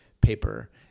paper